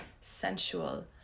sensual